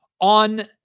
On